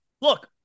look